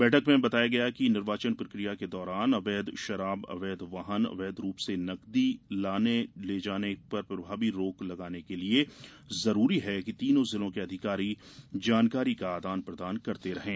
बैठक में कहा गया कि निर्वाचन प्रक्रिया के दौरान अवैध शराब अवैध वाहन अवैध रूप से नगदी लाये जाने पर प्रभावी रोक लगाने के लिए जरूरी है कि तीनों जिलों के अधिकारी जानकारी का आदान प्रदान करते रहें